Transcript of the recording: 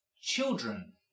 children